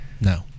No